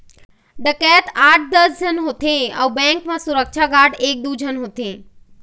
डकैत आठ दस झन होथे अउ बेंक म सुरक्छा गार्ड एक दू झन होथे